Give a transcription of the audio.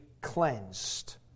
cleansed